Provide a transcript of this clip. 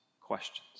questions